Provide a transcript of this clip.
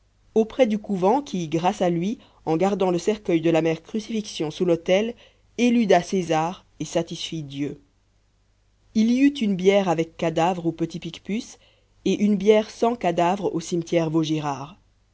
auprès du couvent qui grâce à lui en gardant le cercueil de la mère crucifixion sous l'autel éluda césar et satisfit dieu il y eut une bière avec cadavre au petit picpus et une bière sans cadavre au cimetière vaugirard